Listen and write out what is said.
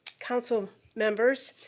council members.